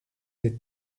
êtes